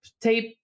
tape